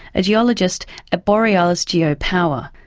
a geologist at borealis geo-power,